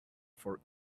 for